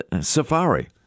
safari